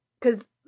cause